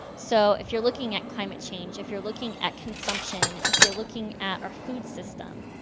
so if you're looking at climate change, if you're looking at consumption, if you're looking at our food system,